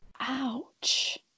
Ouch